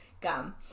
gum